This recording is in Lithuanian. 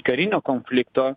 karinio konflikto